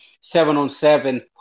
seven-on-seven